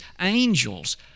Angels